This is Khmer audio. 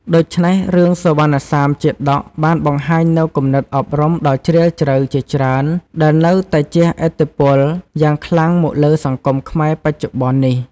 ដូច្នេះរឿងសុវណ្ណសាមជាតកបានបង្ហាញនូវគំនិតអប់រំដ៏ជ្រាលជ្រៅជាច្រើន ដែលនៅតែជះឥទ្ធិពលយ៉ាងខ្លាំងមកលើសង្គមខ្មែរបច្ចុប្បន្ននេះ។